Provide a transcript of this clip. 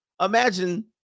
Imagine